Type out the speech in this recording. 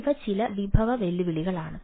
ഇവ ചില വിഭവ വെല്ലുവിളികളാണ്